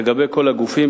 לגבי כל הגופים.